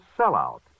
Sellout